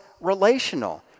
relational